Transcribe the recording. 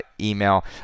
email